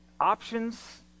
options